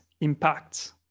impacts